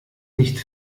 nicht